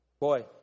boy